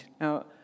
Now